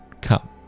come